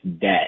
debt